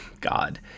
God